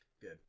Good